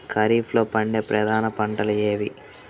ఖరీఫ్లో పండే ప్రధాన పంటలు ఏవి?